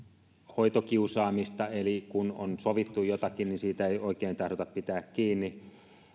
hoitokiusaamista eli kun on sovittu jotakin niin siitä ei oikein tahdota pitää kiinni